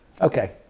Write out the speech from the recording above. Okay